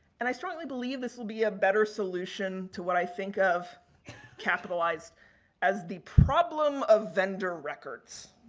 and, i certainly believe this will be a better solution to what i think of capitalized as the problem of vendor records.